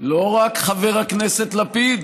לא רק חבר הכנסת לפיד,